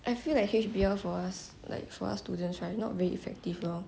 I feel like H_B_L for us like for us students right not very effective lor